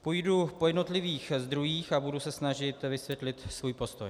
Půjdu po jednotlivých zdrojích a budu se snažit vysvětlit svůj postoj.